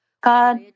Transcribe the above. God